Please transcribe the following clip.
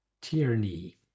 Tyranny